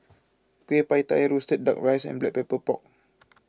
Kueh Pie Tee Roasted Duck Rice and Black Pepper Pork